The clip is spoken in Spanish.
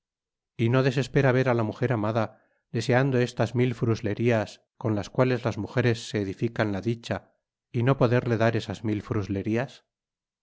y no desespera ver á la mujer amada deseando estas mil fruslerias con las cuales las mujeres se edifican la dicha y no poderle dar esas mil fruslerias